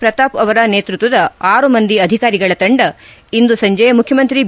ಪ್ರತಾಪ್ ಅವರ ನೇತೃತ್ತದ ಆರು ಮಂದಿ ಅಧಿಕಾರಿಗಳ ತಂಡ ಇಂದು ಸಂಜೆ ಮುಖ್ಲಮಂತ್ರಿ ಬಿ